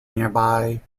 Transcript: nearby